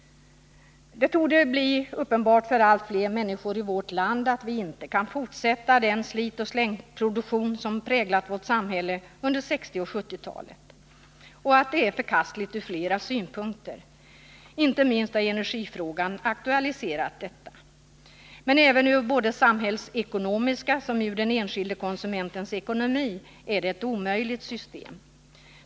Det torde bli uppenbart för allt fler människor i vårt land, att vi inte kan fortsätta den slitoch slängproduktion som präglat vårt samhälle under 1960 och 1970-talen. Den är förkastlig, från flera synpunkter. Inte minst har energifrågan aktualiserat detta. Men även med hänsyn till samhällsekonomin och till den enskilde konsumentens ekonomi är det ett omöjligt system.